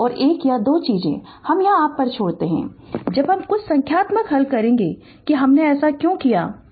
और एक या दो चीजें हम यहां आप पर छोड़ते है जब हम कुछ संख्यात्मक हल करेंगे कि हमने ऐसा क्यों किया है